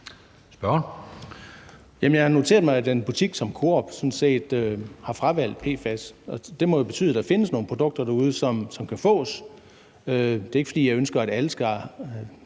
Rasmussen (EL): Jeg har noteret mig, at en butik som Coop sådan set har fravalgt PFAS. Og det må jo betyde, at der findes nogle produkter derude, som kan fås. Det er ikke, fordi jeg ønsker, at alle skal